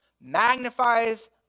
magnifies